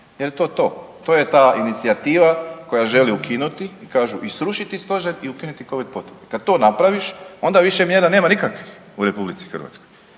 Je li to to? To je ta inicijativa koja želi ukinuti, kažu i srušiti Stožer i ukinuti Covid potvrde. Kad to napraviš, onda više mjera nema nikakvih u RH. Onda smo